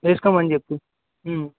వేసుకోమని చెప్పు